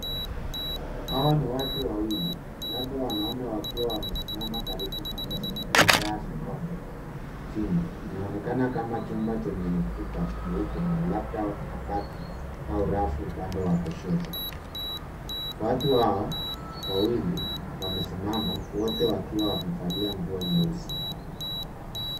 Hawa ni watu wawili labda wanaume wakiwa wamesimama karibu na meza iliyojaa vikombe vingi. Inaonekana kama chumba chenye ukuta mweupe na labda kabati au rafu upande wa kushoto. Watu hawa wawili wamesimama wote wakiwa wamevalia nguo nyeusi.